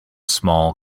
small